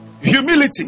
Humility